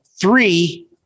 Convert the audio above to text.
three